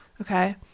okay